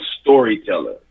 storyteller